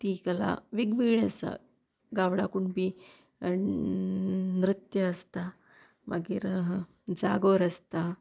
ती कला वेगवेगळी आसा गावडा कुणबी नृत्य आसता मागीर जागोर आसता